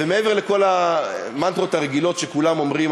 ומעבר לכל המנטרות הרגילות שכולם אומרים,